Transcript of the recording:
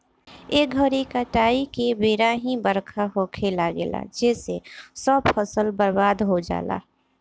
ए घरी काटाई के बेरा ही बरखा होखे लागेला जेसे सब फसल बर्बाद हो जाला